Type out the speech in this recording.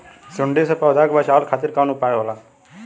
सुंडी से पौधा के बचावल खातिर कौन उपाय होला?